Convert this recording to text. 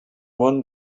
one